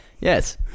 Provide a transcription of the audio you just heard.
yes